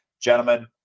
gentlemen